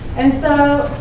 and so,